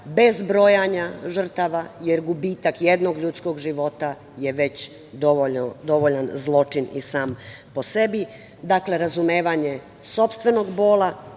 bez brojanja žrtava, jer gubitak jednog ljudskog života je već dovoljan zločin i sam po sebi. Dakle, razumevanje sopstvenog bola